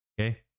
okay